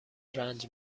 رنج